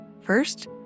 First